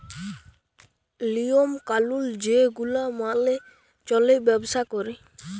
লিওম কালুল যে গুলা মালে চল্যে ব্যবসা ক্যরে